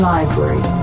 Library